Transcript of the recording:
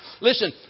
Listen